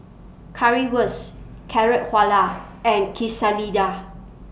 Currywurst Carrot Halwa and Quesalizas